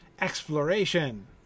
exploration